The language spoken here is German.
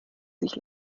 sich